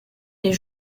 des